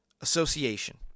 association